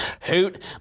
hoot